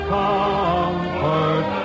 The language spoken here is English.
comfort